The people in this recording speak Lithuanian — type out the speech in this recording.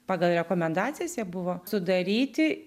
pagal rekomendacijas jie buvo sudaryti